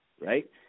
right